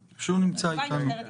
התשובה היא משטרת ישראל,